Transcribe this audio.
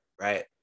right